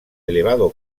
elevado